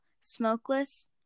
smokeless